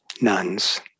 nuns